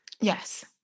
Yes